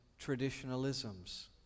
traditionalisms